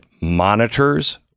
monitors